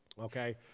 Okay